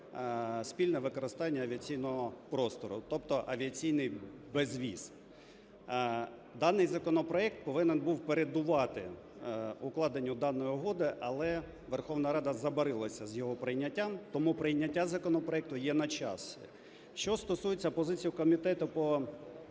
спільне використання авіаційного простору, тобто авіаційний безвіз. Даний законопроект повинен був передувати укладенню даної угоди, але Верховна Рада забарилася з його прийняттям, тому прийняття законопроекту є на часі. Що стосується позиції комітету по